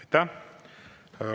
Aitäh!